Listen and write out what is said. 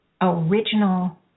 original